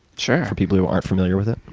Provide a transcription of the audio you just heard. sure. for people who aren't familiar with it.